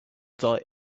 die